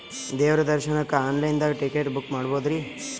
ದೇವ್ರ ದರ್ಶನಕ್ಕ online ದಾಗ ಟಿಕೆಟ ಬುಕ್ಕ ಮಾಡ್ಬೊದ್ರಿ?